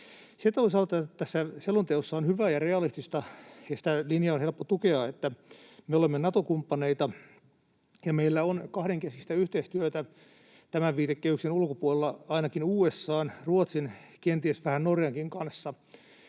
Se toisaalta tässä selonteossa on hyvää ja realistista ja sitä linjaa on helppo tukea, että me olemme Nato-kumppaneita ja meillä on kahdenkeskistä yhteistyötä tämän viitekehyksen ulkopuolella ainakin USA:n, Ruotsin, kenties vähän Norjankin kanssa.